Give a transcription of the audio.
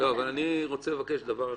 אני רוצה לבקש דבר אחר,